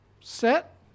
set